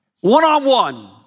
one-on-one